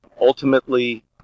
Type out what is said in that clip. Ultimately